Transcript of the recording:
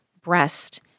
breast